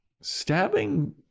stabbing